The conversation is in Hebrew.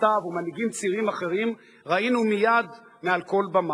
סתיו ומנהיגים צעירים אחרים ראינו מעל כל במה.